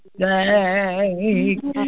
thank